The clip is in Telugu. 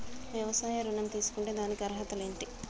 వ్యవసాయ ఋణం తీసుకుంటే దానికి అర్హతలు ఏంటి?